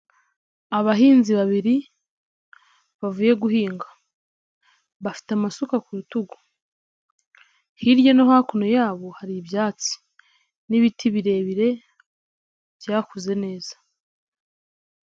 Abahinzi babiri bavuye guhinga, bafite amasuka ku rutugu, hirya no hakuno ya hari ibyatsi n'ibiti birebire byakuze neza.